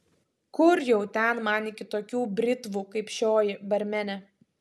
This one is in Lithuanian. kur jau ten man iki tokių britvų kaip šioji barmene